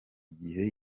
gihe